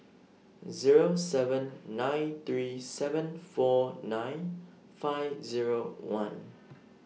Zero seven nine three seven four nine five Zero one